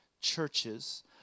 churches